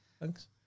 thanks